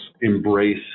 embrace